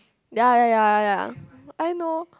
ya ya ya ya I know